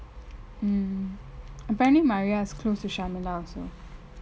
mm apparently maria is close to shamala also